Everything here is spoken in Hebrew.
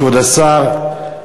כבוד השר,